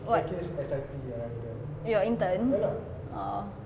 what your intern oh